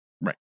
Right